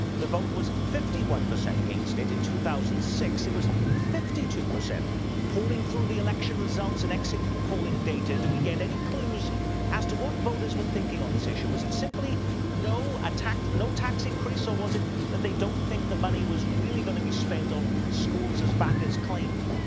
the vote was fifty one percent against it. in two thousand and six, it was fifty two. pouring through the election results and exit and polling data, do we get any clues as to what voters were thinking on this issue? was it simply no ah tax no tax increase? or was it that they don't think the money was really going to be spent on schools as backers claimed?